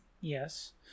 yes